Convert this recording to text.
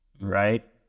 Right